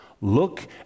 Look